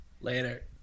later